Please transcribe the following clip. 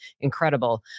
Incredible